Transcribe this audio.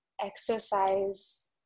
exercise